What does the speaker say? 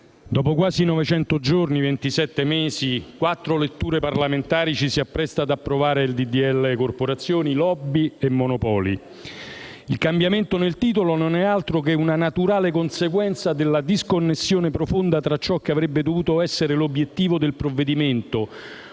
ventisette mesi e quattro letture parlamentari ci si appresta ad approvare il disegno di legge corporazioni, *lobby* e monopoli. Il cambiamento nel titolo non è altro che una naturale conseguenza della disconnessione profonda tra ciò che avrebbe dovuto essere l'obiettivo del provvedimento